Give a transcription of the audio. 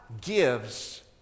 gives